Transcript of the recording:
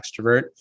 extrovert